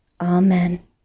Amen